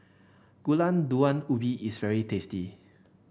Gulai Daun Ubi is very tasty